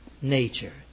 nature